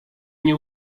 nie